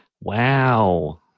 Wow